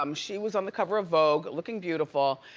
um she was on the cover of vogue, looking beautiful,